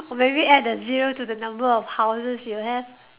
or maybe add the zero to the number of houses you have